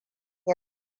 yi